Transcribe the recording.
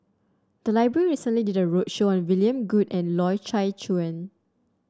the library recently did a roadshow on William Goode and Loy Chye Chuan